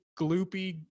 gloopy